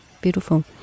Beautiful